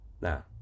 Now